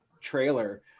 trailer